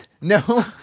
No